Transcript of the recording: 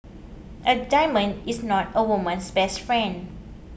a diamond is not a woman's best friend